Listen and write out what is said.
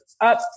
up